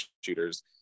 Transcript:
shooters